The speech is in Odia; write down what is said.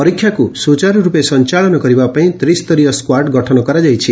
ପରୀକ୍ଷାକୁ ସୁଚାରୁର୍ରପେ ସଞାଳନ କରିବା ପାଇଁ ତ୍ରିସ୍ତରୀୟ ସ୍କାଡ ଗଠନ କରାଯାଇଛି